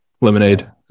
Lemonade